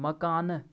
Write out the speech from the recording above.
مکانہٕ